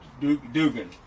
dugan